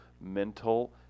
mental